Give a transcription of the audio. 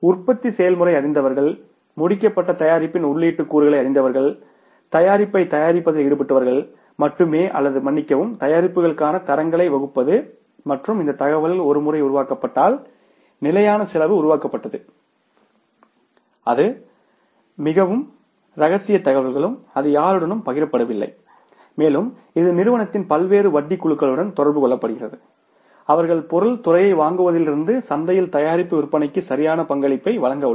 உற்பத்தி செயல்முறையை அறிந்தவர்கள் முடிக்கப்பட்ட தயாரிப்பின் உள்ளீட்டு கூறுகளை அறிந்தவர்கள் தயாரிப்பை தயாரிப்பதில் ஈடுபட்டவர்கள் மட்டுமே அல்லது மன்னிக்கவும் தயாரிப்புக்கான தரங்களை வகுப்பது மற்றும் இந்த தகவல் ஒரு முறை உருவாக்கப்பட்டால் நிலையான செலவு உருவாக்கப்பட்டது அது மிகவும் ரகசியத் தகவல்களும் அது யாருடனும் பகிரப்படவில்லை மேலும் இது நிறுவனத்தின் பல்வேறு வட்டி குழுக்களுடன் தொடர்பு கொள்ளப்படுகிறது அவர்கள் பொருள் துறையை வாங்குவதிலிருந்து சந்தையில் தயாரிப்பு விற்பனைக்கு சரியான பங்களிப்பை வழங்க உள்ளனர்